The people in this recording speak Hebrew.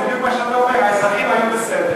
זה בדיוק מה שאתה אומר: האזרחים היו בסדר,